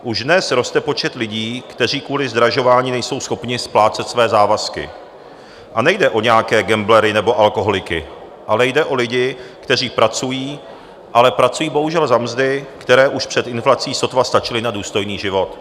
Už dnes roste počet lidí, kteří kvůli zdražování nejsou schopni splácet své závazky, a nejde o nějaké gamblery nebo alkoholiky, ale jde o lidi, kteří pracují, ale pracují bohužel za mzdy, které už před inflací sotva stačily na důstojný život.